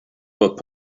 fod